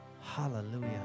Hallelujah